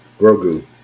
Grogu